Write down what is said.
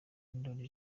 ndoli